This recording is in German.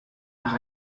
nach